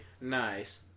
nice